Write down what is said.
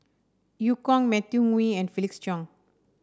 Eu Kong Matthew Ngui and Felix Cheong